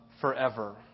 forever